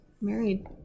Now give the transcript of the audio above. Married